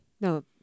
No